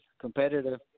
competitive